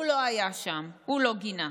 הוא לא היה שם, הוא לא גינה.